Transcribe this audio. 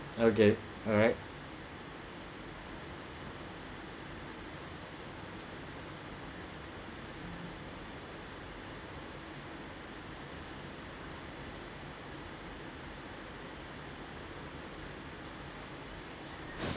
okay alright